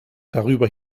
darüber